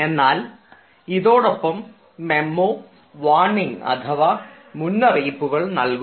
എന്നാൽ ഇതോടൊപ്പം memo warning അഥവാ മുന്നറിയിപ്പുകൾ നൽകുന്നു